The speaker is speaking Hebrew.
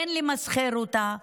אין למסחר אותה,